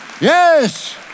Yes